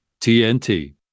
TNT